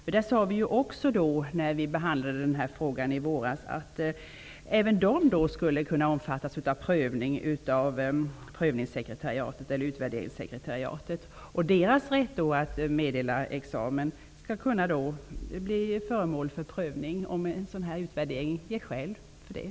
När denna fråga behandlades i våras sade riksdagen att även dessa skulle kunna omfattas av utvärderingssekretariatets prövning. Deras rätt att meddela examen skall kunna bli föremål för prövning om en sådan utvärdering ger skäl till det.